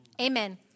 Amen